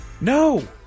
No